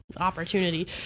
opportunity